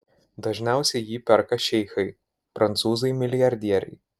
dažniausiai jį perka šeichai prancūzai milijardieriai